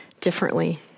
differently